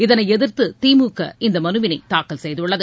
இதனைஎதிர்த்துதிமுக இந்தமனுவினைதாக்கல் செய்துள்ளது